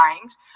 times